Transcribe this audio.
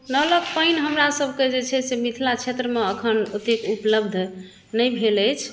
नलक पानि हमरा सभके जे छै से मिथिला क्षेत्रमे अखन अतेक उपलब्ध नहि भेल अछि